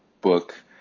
book